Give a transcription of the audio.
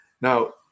Now